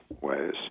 ways